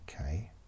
Okay